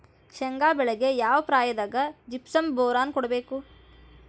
ಶೇಂಗಾ ಬೆಳೆಗೆ ಯಾವ ಪ್ರಾಯದಾಗ ಜಿಪ್ಸಂ ಬೋರಾನ್ ಕೊಡಬೇಕು?